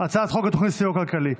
הצעת חוק התוכנית לסיוע כלכלי.